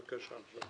בבקשה.